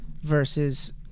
versus